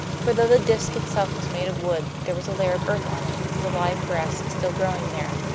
for though the disc itself was made of wood, there was a layer of earth on it with the live grass still growing there.